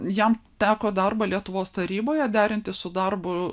jam teko darbą lietuvos taryboje derinti su darbu